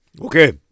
Okay